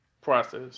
process